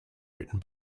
written